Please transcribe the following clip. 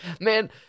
man